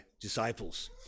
disciples